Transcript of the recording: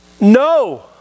No